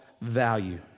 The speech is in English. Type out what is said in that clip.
value